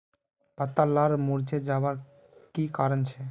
पत्ता लार मुरझे जवार की कारण छे?